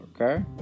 okay